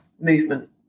movement